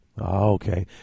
Okay